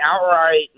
outright